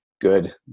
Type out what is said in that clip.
good